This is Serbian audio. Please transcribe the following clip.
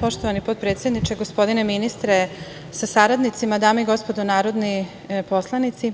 Poštovani potpredsedniče, gospodine ministre sa saradnicima, dame i gospodo narodni poslanici,